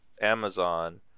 Amazon